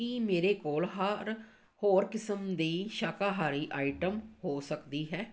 ਕੀ ਮੇਰੇ ਕੋਲ ਹਾਰ ਹੋਰ ਕਿਸਮ ਦੀ ਸ਼ਾਕਾਹਾਰੀ ਆਈਟਮ ਹੋ ਸਕਦੀ ਹੈ